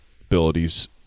abilities